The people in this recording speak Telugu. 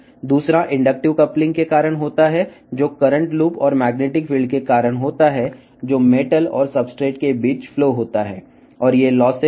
మరొకటి ఇండక్టివ్ కప్లింగ్ వలన - ఇది విద్యుత్ లూప్స్ మరియు లోహం మరియు ఉపరితలం మధ్య ప్రవహించే అయస్కాంత క్షేత్రం కారణంగా సంభవిస్తుంది